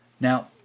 now